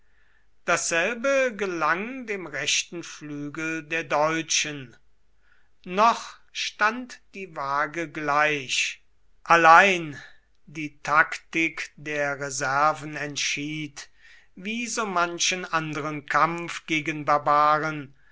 dasselbe gelang dem rechten flügel der deutschen noch stand die waage gleich allein die taktik der reserven entschied wie so manchen anderen kampf gegen barbaren